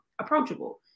approachable